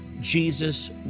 jesus